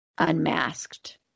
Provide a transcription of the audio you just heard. unmasked